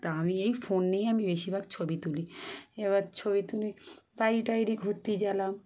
তা আমি এই ফোন নিয়েই আমি বেশিরভাগ ছবি তুলি এবার ছবি তুলি বাইরে টাইরে ঘুরতে গেলাম